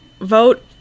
vote